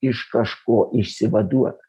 iš kažko išsivaduot